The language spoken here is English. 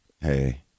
Hey